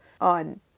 on